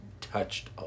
touched